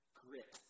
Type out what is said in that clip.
grit